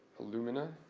illumina